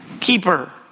keeper